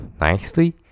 nicely